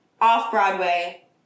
off-Broadway